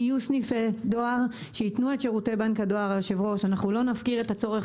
יהיו סניפי דואר שייתנו את שירותי בנק הדואר - לא נפקיר את הצורך